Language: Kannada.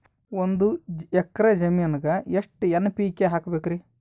ಒಂದ್ ಎಕ್ಕರ ಜಮೀನಗ ಎಷ್ಟು ಎನ್.ಪಿ.ಕೆ ಹಾಕಬೇಕರಿ?